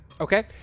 Okay